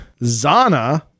Zana